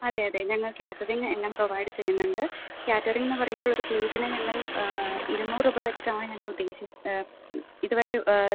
അതെ അതെ ഞങ്ങൾ കാറ്ററിംഗ് എല്ലാം പ്രൊവൈഡ് ചെയ്യുന്നുണ്ട് കാറ്ററിംഗ് എന്ന് പറയുമ്പോൾ ഒരു പ്ലേറ്റിന് ഞങ്ങൾ ഇരുനൂറ് രൂപ വെച്ചിട്ടാണ് ഞങ്ങൾ ഉദ്ദേശിക്കു ഇതുവരെ